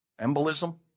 embolism